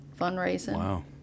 fundraising